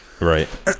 Right